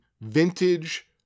vintage